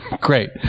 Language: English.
great